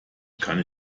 kann